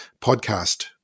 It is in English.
podcast